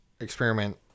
experiment